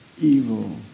Evil